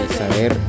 saber